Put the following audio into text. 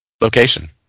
location